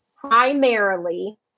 primarily